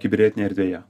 kibernetinėje erdvėje